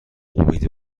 امید